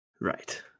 Right